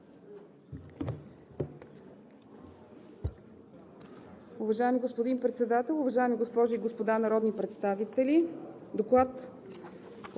Уважаеми господин Председател, уважаеми госпожи и господа народни представители! „Доклад